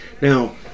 Now